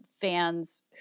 fans